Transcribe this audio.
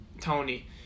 Tony